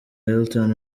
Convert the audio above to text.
hilton